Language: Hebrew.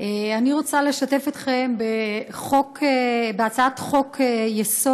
אני רוצה לשתף אתכם בהצעת חוק-יסוד: